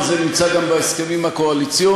זה נמצא גם בהסכמים הקואליציוניים,